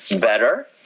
better